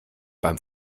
beim